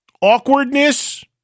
awkwardness